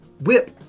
whip